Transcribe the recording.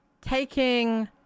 taking